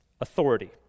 authority